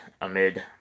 Amid